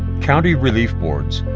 county relief boards,